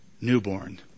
newborn